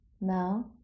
Now